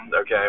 okay